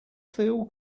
feel